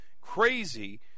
crazy